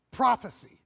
Prophecy